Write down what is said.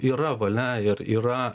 yra valia ir yra